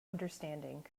understanding